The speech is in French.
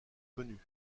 connus